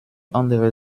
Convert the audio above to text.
andere